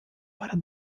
para